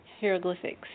hieroglyphics